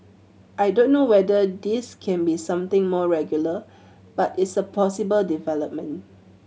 I don't know whether this can be something more regular but it's a possible development